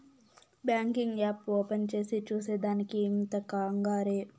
banking app open చేసి చూసే దానికి ఇంత కంగారే